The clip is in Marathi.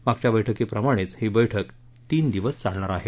मागच्या बैठकीप्रमाणेच ही बैठक तीन दिवस चालणार आहे